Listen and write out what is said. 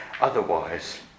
otherwise